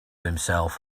himself